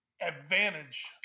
advantage